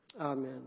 Amen